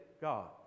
God